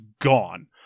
gone